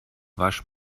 wasch